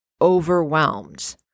overwhelmed